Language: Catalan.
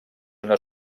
una